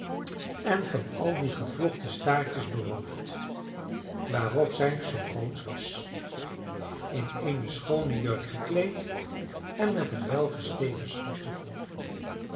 en van al die gevlochten staartjes beroofd waarop zij zoo grootsch was in eene schoone jurk gekleed en met een welgesteven schortje voor